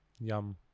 Yum